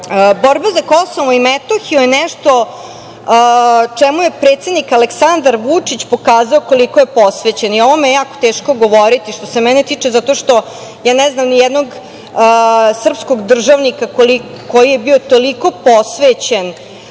za Kosovo i Metohiju je nešto čemu je predsednik Aleksandar Vučić pokazao koliko je posvećen i o ovome je jako teško govoriti, što se mene tiče, zato što ja ne znam nijednog srpskog državnika koji je bio toliko posvećen